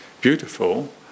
beautiful